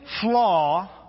flaw